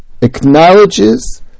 acknowledges